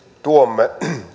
tuomme